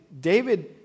David